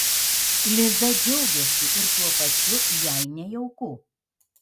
liza džiaugiasi ir tuo pačiu jai nejauku